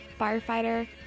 firefighter